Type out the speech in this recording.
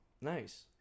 Nice